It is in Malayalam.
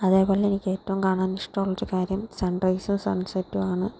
അതേപോലെ എനിക്കേറ്റവും കാണാൻ ഇഷ്ടമുള്ളൊരു കാര്യം സൺറൈസോ സൺസെറ്റോ ആണ്